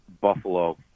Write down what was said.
Buffalo